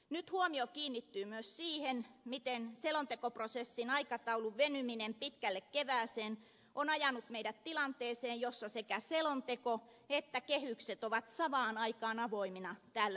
nyt huomio kiinnittyy myös siihen miten selontekoprosessin aikataulun venyminen pitkälle kevääseen on ajanut meidät tilanteeseen jossa sekä selonteko että kehykset ovat samaan aikaan avoimina täällä eduskunnassa